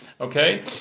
okay